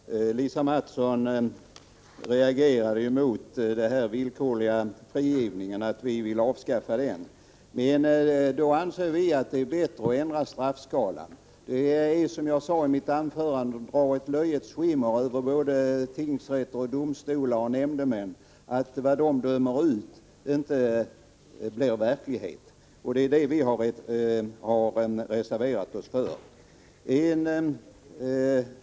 Herr talman! Lisa Mattson reagerade mot att vi vill avskaffa den villkorliga frigivningen. Vi anser att det är bättre att ändra straffskalorna. Som jag sade i mitt anförande drar det ett löjets skimmer över tingsrätter, domstolar och nämndemän att vad de dömer ut inte blir verklighet. Det är därför vi har reserverat OSS.